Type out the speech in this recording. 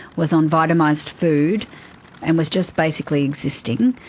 was on vitamised food and was just basically existing.